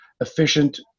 efficient